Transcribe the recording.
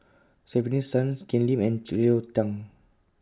Stefanie Sun Ken Lim and Cleo Thang